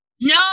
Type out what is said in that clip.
No